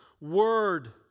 Word